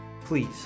Please